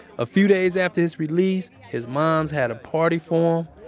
a few days after his release, his moms had a party for